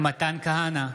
מתן כהנא,